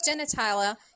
genitalia